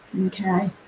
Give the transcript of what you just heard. okay